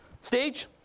stage